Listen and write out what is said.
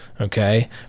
okay